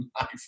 life